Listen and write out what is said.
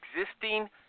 existing